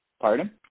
Pardon